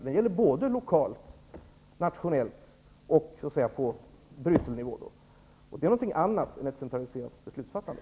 Det gäller lokalt, nationellt och på ''Brysselnivå''. Det är någonting annat än ett centraliserat beslutsfattande.